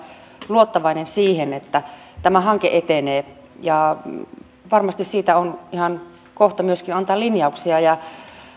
luottavainen että tämä hanke etenee varmasti siitä on ihan kohta myöskin antaa linjauksia